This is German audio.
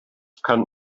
kann